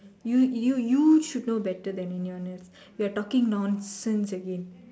you you you should know better than anyone else you're talking nonsense again